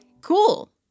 cool